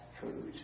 food